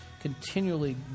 continually